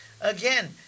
again